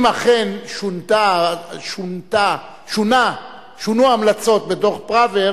אם אכן שונו ההמלצות בדוח-פראוור,